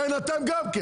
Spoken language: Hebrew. כן, גם אתם.